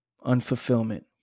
Unfulfillment